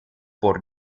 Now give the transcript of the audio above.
por